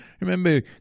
remember